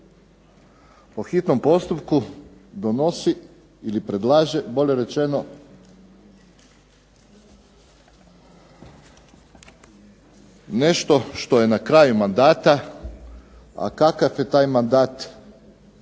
po hitnom postupku donosi ili predlaže bolje rečeno nešto što je na kraju mandata, a kakav je taj mandat,